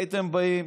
הייתם באים,